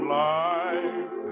life